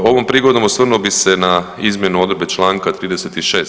Ovom prigodom osvrnuo bi se na izmjenu odredbe čl. 36.